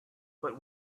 but